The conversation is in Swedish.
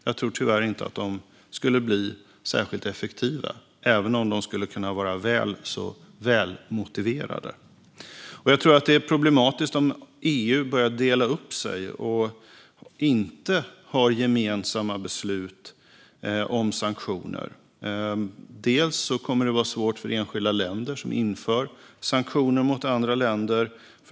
Jag tror tyvärr inte att de skulle bli särskilt effektiva, även om de skulle kunna vara välmotiverade. Jag tror att det är problematiskt om EU börjar dela upp sig och inte har gemensamma beslut om sanktioner. Det kommer att vara svårt för enskilda länder som inför sanktioner mot andra länder.